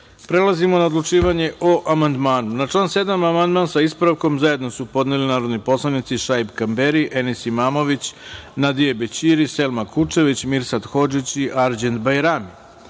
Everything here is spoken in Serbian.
načelu. Prelazimo na odlučivanje o amandmanu. Na član 7. amandman, sa ispravkom, zajedno su podneli narodni poslanici Šaip Kamberi, Enis Imamović, Nadije Bećiri, Selma Kučević, Mirsad Hodžić i Arđen Bajrami. Vlada